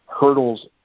hurdles